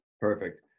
Perfect